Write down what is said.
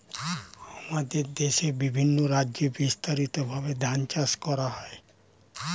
আমাদের দেশে বিভিন্ন রাজ্যে বিস্তারিতভাবে ধান চাষ করা হয়